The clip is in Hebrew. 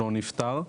לא נפתר,